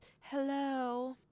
Hello